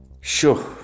sure